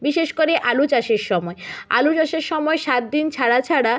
বিশেষ করে আলু চাষের সময় আলু চাষের সময় সাত দিন ছাড়া ছাড়া